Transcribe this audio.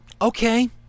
okay